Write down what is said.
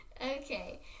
Okay